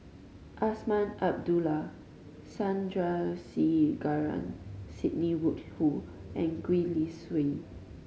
Azman Abdullah Sandrasegaran Sidney Woodhull and Gwee Li Sui